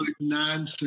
nonsense